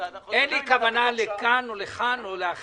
אז אנחנו נדע אם הכוונה שלך --- אין לי כוונה לכאן או לכאן או לאחרת.